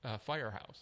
firehouse